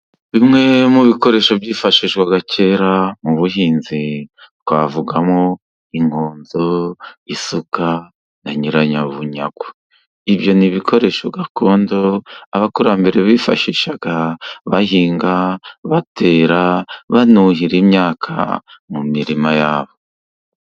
Bimwe mu bikoresho byifashishwaga kera mu buhinzi, twavugamo Inkonzo, Isuka na Nyiranyabunyagwa, ibyo ni ibikoresho gakondo abakurambere bifashishaga bahinga, batera, banuhira imyaka mu mirima yabo.